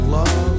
love